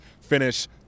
finish